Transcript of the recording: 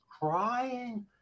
crying